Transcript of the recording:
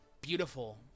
beautiful